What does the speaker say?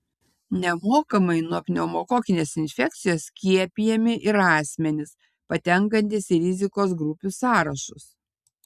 nemokamai nuo pneumokokinės infekcijos skiepijami ir asmenys patenkantys į rizikos grupių sąrašus